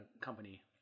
company